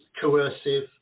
coercive